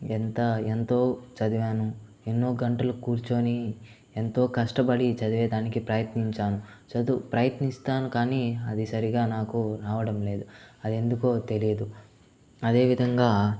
ఎంత ఎంతో చదివాను ఎన్నో గంటలు కూర్చోని ఎంతో కష్టపడి చదివేదానికి ప్రయత్నించాను చదువు ప్రయత్నిస్తాను కానీ అది సరిగా నాకు రావడం లేదు అదెందుకో తెలియదు అదేవిధంగా